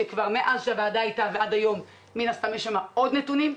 כשמאז שהוועדה הייתה ועד היום מן הסתם יש שם עוד נתונים,